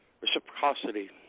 reciprocity